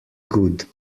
good